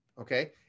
Okay